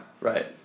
Right